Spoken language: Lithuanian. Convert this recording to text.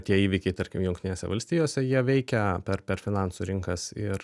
tie įvykiai tarkim jungtinėse valstijose jie veikia per per finansų rinkas ir